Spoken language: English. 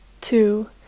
Two